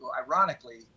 ironically